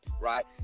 right